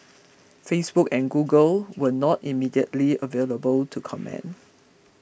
Facebook and Google were not immediately available to comment